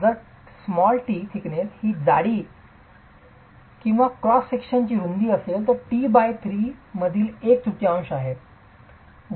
जर t ही जाडी किंवा क्रॉस विभागाची रूंदी असेल तर t 3 मधली एक तृतीयांश आहे